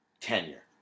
tenure